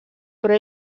però